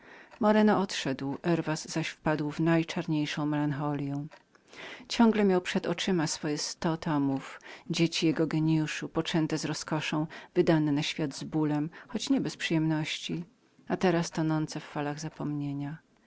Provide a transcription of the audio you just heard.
moreno odszedł herwas zaś wpadł w niepohamowaną rozpacz ciągle miał przed oczyma swoje sto tomów dzieci jego gienijuszu poczęte z rozkoszą wydane z bolem które opromieniły mu przyszłość nadzieją a teraz tonęły w falach zapomnienia